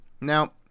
Now